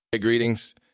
Greetings